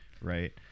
right